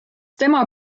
tema